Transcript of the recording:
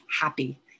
happy